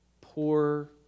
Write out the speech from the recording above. poor